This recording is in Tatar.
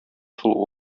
шул